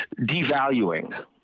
devaluing